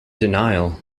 denial